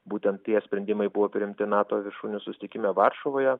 būtent tie sprendimai buvo priimti nato viršūnių susitikime varšuvoje